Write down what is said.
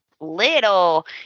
little